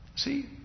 See